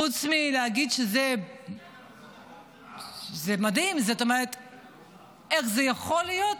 חוץ מלהגיד שזה מדהים, איך זה יכול להיות,